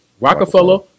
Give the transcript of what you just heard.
Rockefeller